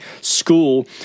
school